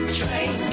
train